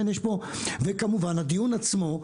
וכמובן הדיון עצמו,